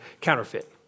counterfeit